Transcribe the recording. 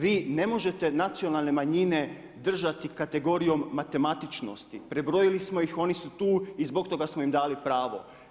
Vi ne možete nacionalne manjine držati kategorije matematičnosti, prebrojili smo, oni su tu i zbog toga smo im dali pravo.